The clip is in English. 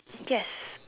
yes